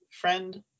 friend